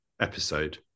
episode